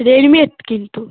readymade কিন্তু